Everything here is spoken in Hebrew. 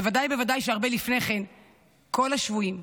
בוודאי ובוודאי שהרבה לפני כן כל השבויים,